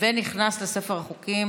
ונכנס לספר החוקים.